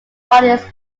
artist